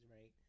right